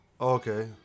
Okay